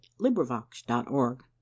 LibriVox.org